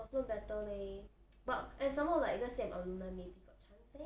northland better leh but and somemore like let's say like I'm alumni maybe got chance eh